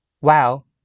Wow